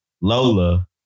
Lola